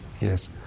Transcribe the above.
yes